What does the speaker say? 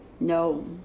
No